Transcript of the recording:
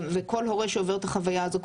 כל הורה שעובר את החוויה הזו,